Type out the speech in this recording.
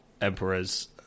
emperor's